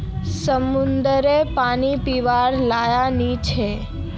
समंद्ररेर पानी पीवार लयाक नी छे